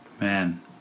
Man